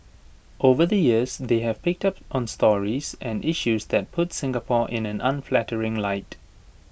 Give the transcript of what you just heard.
over the years they have picked up on stories and issues that puts Singapore in an unflattering light